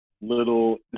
little